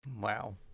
Wow